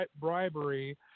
bribery